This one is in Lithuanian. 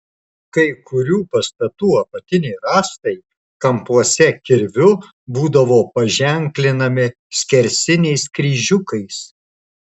kai kurių pastatų apatiniai rąstai kampuose kirviu būdavo paženklinami skersiniais kryžiukais